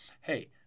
Hey